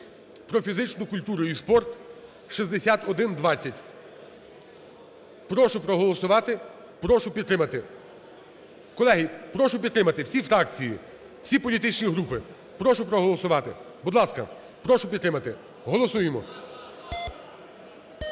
"Про фізичну культуру і спорт" (6120). Прошу проголосувати. Прошу підтримати. Колеги, прошу підтримати. Всі фракції, всі політичні групи, прошу проголосувати. Будь ласка, прошу підтримати. Голосуємо.